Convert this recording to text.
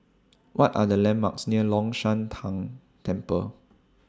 What Are The landmarks near Long Shan Tang Temple